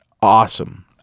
awesome